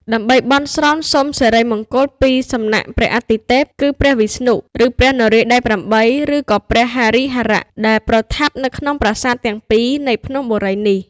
ដើម្បីបន់ស្រន់ សូមសិរីមង្គល ពី សំណាក់ព្រះអាទិទេព គឺព្រះវិស្ណុ ឬព្រះនរាយណ៍ដៃ៨ ឬក៏ព្រះហរិហរៈ ដែលប្រថាប់នៅក្នុង ប្រាសាទទាំងពីរនៃភ្នំបូរីនេះ ។